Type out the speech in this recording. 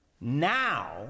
Now